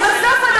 כי בסוף,